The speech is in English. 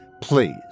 please